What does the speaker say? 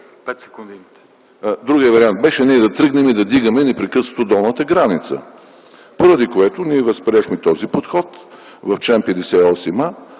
Другият вариант беше ние да тръгнем и да вдигаме непрекъснато долната граница, поради което ние възприехме този подход в чл. 58а,